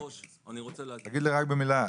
תגיד לי רק במילה,